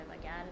again